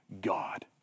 God